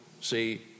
see